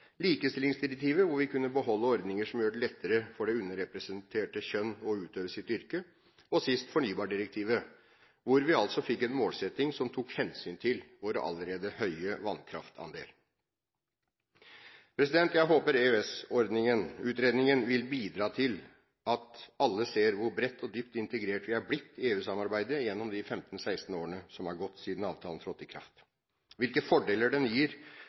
likestillingsdirektivet, hvor vi kunne beholde ordninger som gjør det lettere for det underrepresenterte kjønn å utøve sitt yrke, og, sist, fornybardirektivet, hvor vi fikk en målsetting som tok hensyn til vår allerede høye vannkraftandel. Jeg håper EØS-utredningen vil bidra til at alle ser hvor bredt og dypt integrert vi er blitt i EU-samarbeidet gjennom de 15–16 årene som er gått siden avtalen trådte i kraft, hvilke fordeler den gir